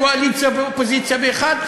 קואליציה ואופוזיציה פה-אחד,